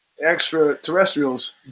extraterrestrials